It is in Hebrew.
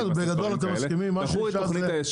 בסדר, אבל בגדול אתם מסכימים לקבוע כללים?